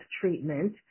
treatment